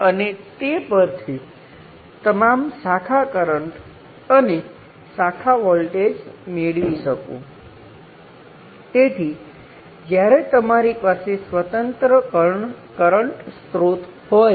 તેથી આપણી પાસે 2 કિલો ઓહ્મ એ 20 કિલો ઓહ્મને સમાંતર હશે જે 90 બાય 33 કિલો ઓહ્મ છે અને જો તમે અહીં આ વોલ્ટેજની ગણતરી કરશો તો તે બરાબર 6 વોલ્ટ આવશે